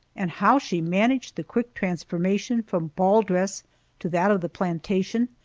and how she managed the quick transformation from ball dress to that of the plantation,